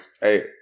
Hey